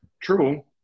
True